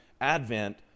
Advent